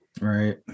Right